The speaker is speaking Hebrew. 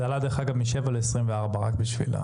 זה עלה מ-7 ל-24.